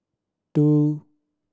two